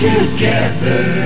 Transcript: Together